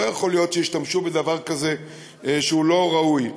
לא יכול להיות שישתמשו בדבר לא ראוי כזה.